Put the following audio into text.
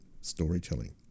storytelling